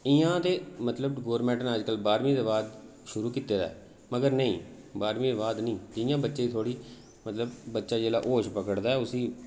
इ'यां ते मतलब गौरमेंट नै अजकल बारह्मीं दे बाद शुरू कीते दा ऐ मगर नेईं बारह्मीं दे बाद नेईं जि'यां बच्चे गी थोह्ड़ी मतलब बच्चा जेल्लै होश पकड़दा ऐ उसी